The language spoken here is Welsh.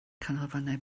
canolfannau